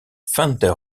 fender